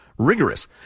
rigorous